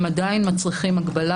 הם עדיין מצריכים הגבלה,